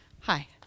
hi